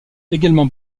également